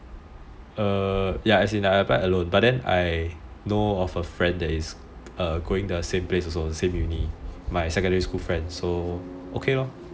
err ya I applied alone but then I know of a friend that is going the same place also the same uni my secondary school friend so okay lor